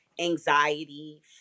anxiety